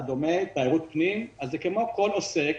בתיירות פנים וכדומה, זה כמו כל עוסק.